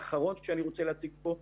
הדוח האחרון של מבקר המדינה הוא דוח 69ב,